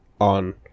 on